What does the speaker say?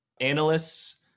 analysts